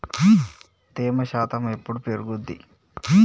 తేమ శాతం ఎప్పుడు పెరుగుద్ది?